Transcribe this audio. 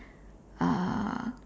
uh